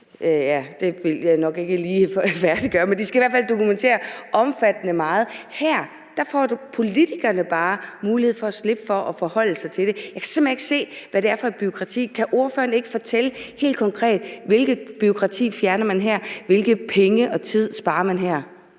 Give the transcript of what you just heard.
vil jeg ikke lige færdiggøre – men de skal i hvert fald dokumentere meget i en omfattende grad. Her får politikerne bare mulighed for at slippe for at forholde sig til det. Jeg kan simpelt hen ikke se, hvad det er for et bureaukrati. Kan ordføreren ikke fortælle os helt konkret, hvilket bureaukrati man fjerner her, hvilke penge og hvilken tid man